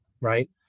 right